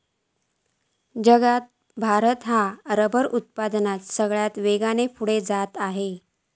जगात भारत ह्यो रबर उत्पादनात सगळ्यात वेगान पुढे जात आसा